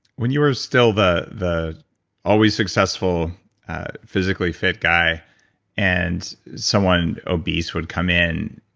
when you were still the the always successful physically fit guy and someone obese would come in,